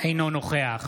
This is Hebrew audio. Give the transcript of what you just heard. אינו נוכח